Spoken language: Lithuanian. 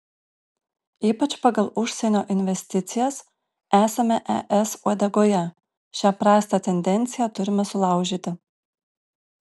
ypač pagal užsienio investicijas esame es uodegoje šią prastą tendenciją turime sulaužyti